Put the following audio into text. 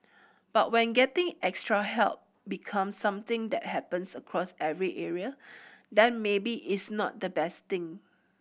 but when getting extra help becomes something that happens across every area then maybe it's not the best thing